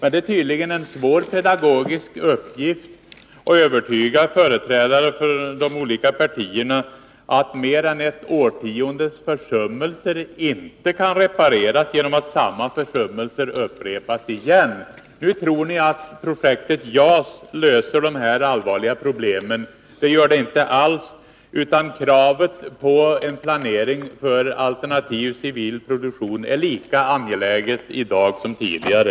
Det är tydligen en svår pedagogisk uppgift att övertyga företrädare för de olika partierna om att mer än ett årtiondes försummelser inte kan repareras genom att samma försummelser upprepas. Nu tror ni att projektet JAS löser de allvarliga problemen. Det gör det inte alls, utan kravet på en planering för alternativ civil produktion är lika angeläget i dag som tidigare.